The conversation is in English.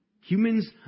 Humans